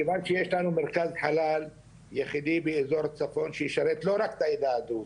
מכיוון שיש לנו מרכז חלל יחידי באזור צפון שישרת לא רק את העדה הדרוזית,